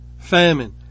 Famine